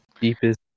deepest